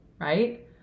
right